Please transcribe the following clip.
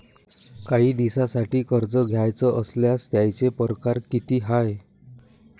कायी दिसांसाठी कर्ज घ्याचं असल्यास त्यायचे परकार किती हाय?